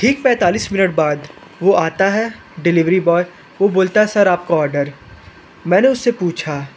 ठीक पैंतालीस मिनट बाद वो आता है डिलिवरी बॉय वो बोलता है सर आप का ऑर्डर मैंने उससे पूछा